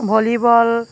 volleyball